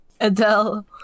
Adele